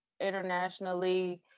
internationally